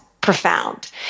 profound